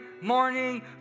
morning